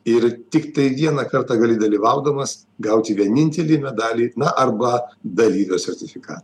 ir tiktai vieną kartą gali dalyvaudamas gauti vienintelį medalį na arba dalyvio sertifika